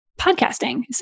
podcasting